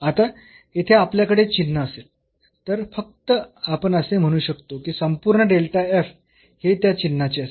आता येथे आपल्याकडे चिन्ह असेल तर फक्त आपण असे म्हणू शकतो की संपूर्ण हे त्या चिन्हाचे असेल